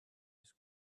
his